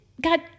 God